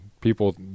people